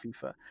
FIFA